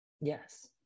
Yes